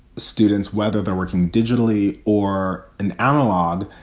students, whether they're working digitally or an analog,